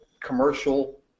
commercial